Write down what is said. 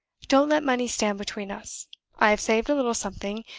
don't let money stand between us i have saved a little something,